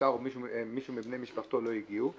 הנפטר או מישהו מבני משפחתו לא הגיעו,